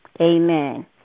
Amen